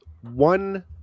one